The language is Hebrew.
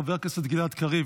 חבר הכנסת גלעד קריב,